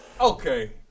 Okay